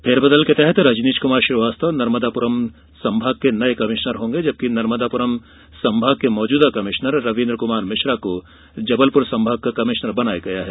फेरबदल के तहत रजनीश कुमार श्रीवास्तव नर्मदापुरम संभाग के नए कमिश्नर होंगे जबकि नर्मदापुरम संभाग के मौजूदा कमिश्नर रवींद्र कुमार मिश्रा को जबलपुर संभाग का कमिश्नर बनाया गया है